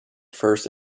first